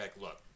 look